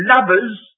Lovers